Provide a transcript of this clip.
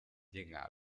llega